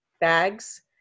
bags